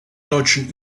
deutschen